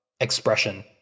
expression